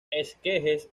esquejes